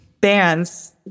bands